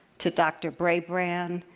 to dr. brabrand,